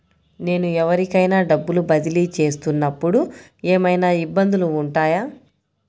నేను ఎవరికైనా డబ్బులు బదిలీ చేస్తునపుడు ఏమయినా ఇబ్బందులు వుంటాయా?